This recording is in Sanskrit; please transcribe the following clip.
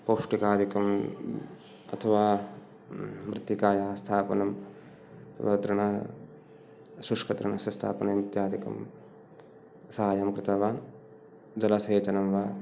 पौष्टिकादिकं अथवा मृत्तिकायाः स्थापनं तृणं शुष्कतृणस्य स्थापनम् इत्यादिकं साहाय्यङ्कृतवान् जलसेचनं वा